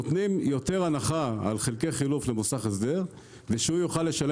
נותנים יותר הנחה על חלקי חילוף למוסך הסדר ושהוא יוכל לשלם